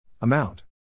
Amount